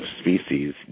species